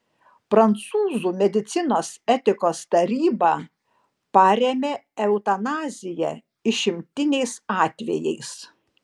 prancūzų medicinos etikos taryba parėmė eutanaziją išimtiniais atvejais